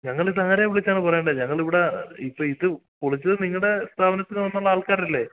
ഞങ്ങളിതാരെ വിളിച്ചാണ് പറയണ്ടത് ഞങ്ങളിവിടെ ഇപ്പോൾ ഇത് പൊളിച്ചത് നിങ്ങളുടെ സ്ഥാപനത്തിൽ നിന്ന് വന്ന ആൾക്കാരല്ലെ